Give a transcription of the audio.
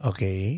Okay